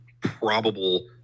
probable